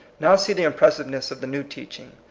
now see the impressiveness of the new teaching.